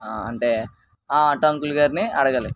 అంటే ఆ ఆటో అంకుల్గారిని అడగాలి